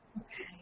Okay